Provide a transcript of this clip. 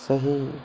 ସେହି